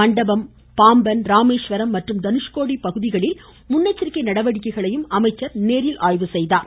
மண்டபம் பாம்பன் ராமேஸ்வரம் மற்றும் தனுஷ்கோடி போன்ற பகுதிகளில் முன்னெச்சரிக்கை நடவடிக்கைகளையும் அமைச்சர் நேரில் ஆய்வு செய்தார்